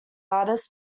artists